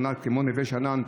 שכונה כמו נווה שאנן,